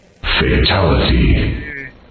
Fatality